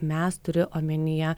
mes turiu omenyje